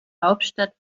hauptstadt